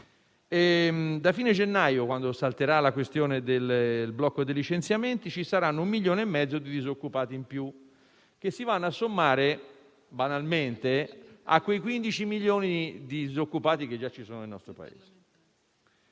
Da fine gennaio, quando salterà il blocco dei licenziamenti, ci sarà un milione e mezzo di disoccupati in più, che si vanno a sommare banalmente a quei 15 milioni di disoccupati che già ci sono nel nostro Paese.